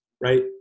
right